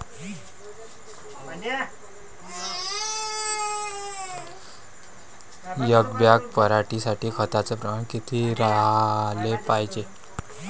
एक बॅग पराटी साठी खताचं प्रमान किती राहाले पायजे?